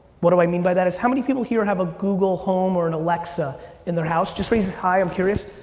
what do i mean by that? is how many people here have a google home or an alexa in their house? just raise it high, i'm curious.